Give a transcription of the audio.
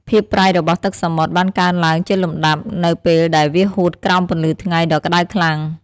ភាពប្រៃរបស់ទឹកសមុទ្របានកើនឡើងជាលំដាប់នៅពេលដែលវាហួតក្រោមពន្លឺថ្ងៃដ៏ក្តៅខ្លាំង។